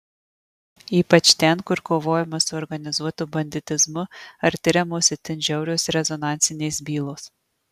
ypač ten kur kovojama su organizuotu banditizmu ar tiriamos itin žiaurios rezonansinės bylos